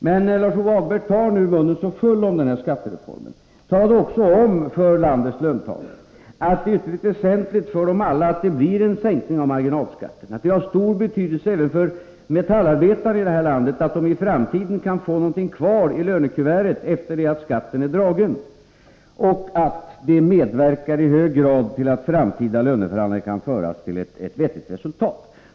Men när Lars-Ove Hagberg nu tar munnen så full i fråga om den här skattereformen — tala då också om för landets löntagare att det är ytterligt väsentligt för dem alla att det blir en sänkning av marginalskatten, att det har stor betydelse även för metallarbetare här i landet att de i framtiden kan få någonting kvar i lönekuvertet efter det att skatten är dragen och att det i hög grad medverkar till att framtida löneförhandlingar kan föras till ett vettigt resultat.